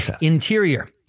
Interior